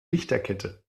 lichterkette